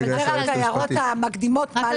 אני רק מעירה את ההערות המקדימות מה לא כלול.